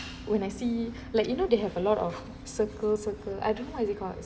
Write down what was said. when I see like you know they have a lot of circle circle I don't what is it called